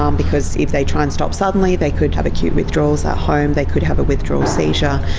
um because if they try and stop suddenly they could have acute withdrawals at home, they could have a withdrawal seizure,